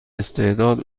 استعداد